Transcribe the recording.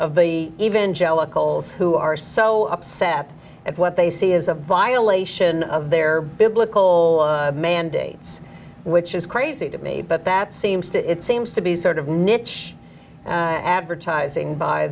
of the even jellicoe olds who are so upset at what they see is a violation of their biblical mandates which is crazy to me but that seems to it seems to be sort of niche advertising by